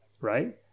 right